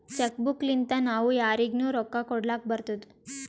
check book ಲಿಂತಾ ನಾವೂ ಯಾರಿಗ್ನು ರೊಕ್ಕಾ ಕೊಡ್ಲಾಕ್ ಬರ್ತುದ್